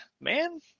man